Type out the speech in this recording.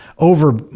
Over